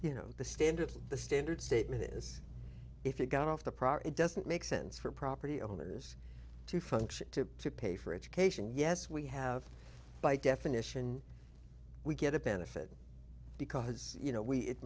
you know the standard the standard statement is if you got off the proper it doesn't make sense for property owners to function to pay for education yes we have by definition we get a benefit because you know we it